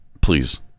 Please